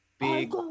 Big